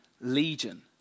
Legion